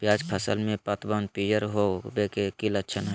प्याज फसल में पतबन पियर होवे के की लक्षण हय?